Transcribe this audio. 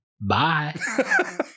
Bye